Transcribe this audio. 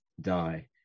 die